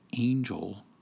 angel